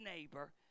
neighbor